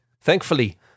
Thankfully